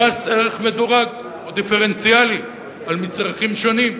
מס ערך מדורג, או דיפרנציאלי, על מצרכים שונים.